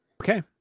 Okay